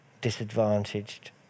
disadvantaged